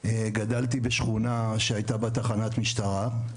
גדלתי בשכונה שהייתה בה תחנת משטרה.